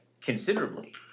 considerably